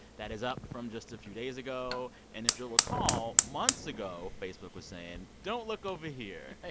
that is up from just a few days ago. and if you'll recall, months ago, facebook was saying, don't look over here.